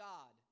God